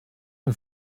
mit